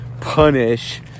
punish